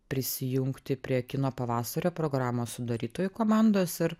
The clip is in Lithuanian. prisijungti prie kino pavasario programos sudarytojų komandos ir